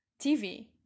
TV